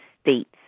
States